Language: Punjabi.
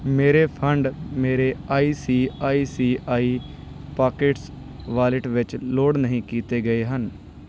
ਮੇਰੇ ਫੰਡ ਮੇਰੇ I C I C I pockets wallet ਵਿੱਚ ਲੋਡ ਨਹੀਂ ਕੀਤੇ ਗਏ ਹਨ